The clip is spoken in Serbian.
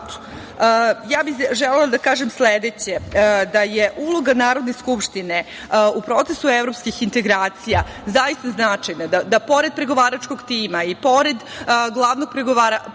bih želela da kažem sledeće – da je uloga Narodne skupštine u procesu evropskih integracija zaista značajna, da pored pregovaračkog tima i pored glavnog pregovarača